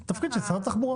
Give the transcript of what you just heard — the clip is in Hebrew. זה התפקיד של שר התחבורה